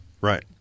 right